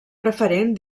preferent